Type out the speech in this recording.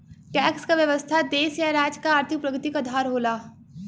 tax क व्यवस्था देश या राज्य क आर्थिक प्रगति क आधार होला